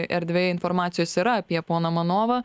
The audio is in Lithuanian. erdvėje informacijos yra apie poną manovą